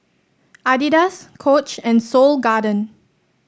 Adidas Coach and Seoul Garden